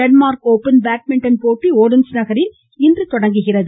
Denmark Open badminton போட்டி Odense நகரில் இன்று தொடங்குகிறது